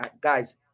guys